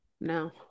No